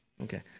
Okay